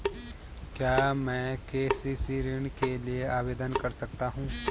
क्या मैं के.सी.सी ऋण के लिए आवेदन कर सकता हूँ?